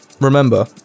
remember